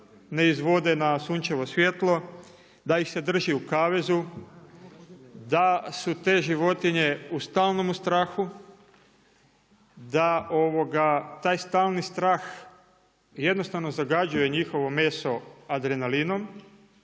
ne izvode na sunčevo svjetlo, da ih se drži u kavezu, da su te životinje u stalnomu strahu, da taj stalni strah jednostavno zagađuje njihovo meso adrenalinom